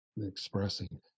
expressing